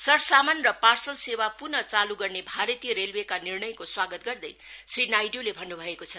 सरसमान र पार्सल सेवा प्नः चाल् गर्ने भारतीय रेल्वेका निर्णयको स्वागत गर्दै श्री नाइड्ले भन्न् भएको छ